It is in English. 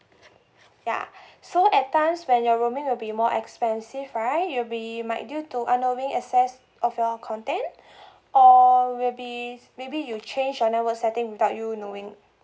yeah so at times when your roaming will be more expensive right you'll be might due to unknowing access of your content or will be maybe you change your network setting without you knowing